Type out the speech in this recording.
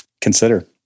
consider